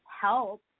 help